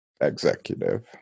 executive